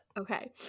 Okay